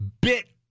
bit